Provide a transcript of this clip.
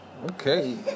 Okay